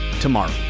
tomorrow